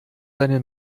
seine